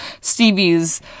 Stevie's